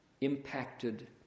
impacted